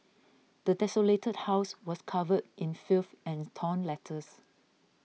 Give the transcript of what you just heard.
the desolated house was covered in filth and torn letters